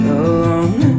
alone